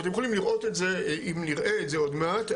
ואתם יכולים לראות את זה אם נראה את זה עוד מעט,